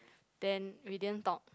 then we didn't talk